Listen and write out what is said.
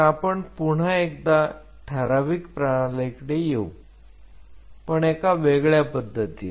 तर आपण पुन्हा एकदा ठराविक प्रणालीकडे येऊ पण एका वेगळ्या पद्धतीने